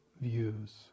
views